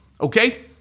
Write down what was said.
okay